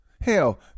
Hell